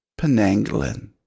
Penanglin